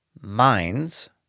minds